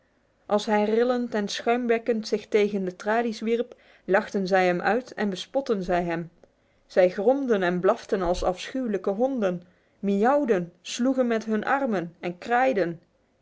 als hij rillend en schuimbekkend zich tegen de tralies wierp lachten zij hem uit en bespotten zij hem zij gromden en blaften als afschuwelijke honden miauwden sloegen met hun armen en kraaiden